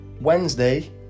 Wednesday